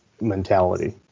mentality